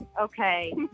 Okay